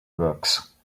works